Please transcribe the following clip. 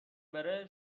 بره